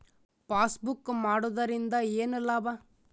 Passbook ಮಾಡುದರಿಂದ ಏನು ಲಾಭ?